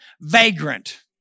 vagrant